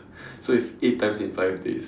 so it's eight times in five days